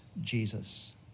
Jesus